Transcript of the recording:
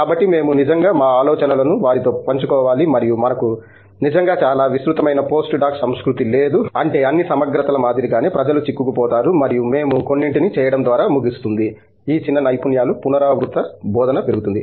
కాబట్టి మేము నిజంగా మా ఆలోచనలను వారితో పంచుకోవాలి మరియు మనకు నిజంగా చాలా విస్తృతమైన పోస్ట్ డాక్ సంస్కృతి లేదు అంటే అన్ని సమగ్రతల మాదిరిగానే ప్రజలు చిక్కుకుపోతారు మరియు మేము కొన్నింటిని చేయడం ద్వారా ముగుస్తుంది ఈ చిన్న నైపుణ్యాలు పునరావృత బోధన పెరుగుతుంది